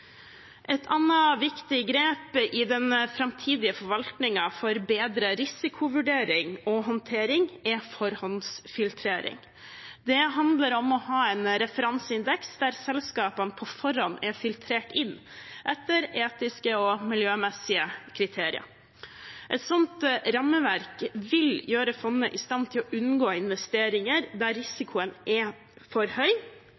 Et annet viktig grep i den framtidige forvaltningen for bedre risikovurdering og håndtering er forhåndsfiltrering. Det handler om å ha en referanseindeks der selskapene på forhånd er filtrert inn etter etiske og miljømessige kriterier. Et sånt rammeverk vil gjøre fondet i stand til å unngå investeringer der risikoen er for høy